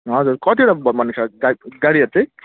हजुर कतिवटा भयो भनेको छ गा गाडीहरू त